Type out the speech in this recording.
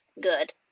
good